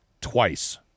twice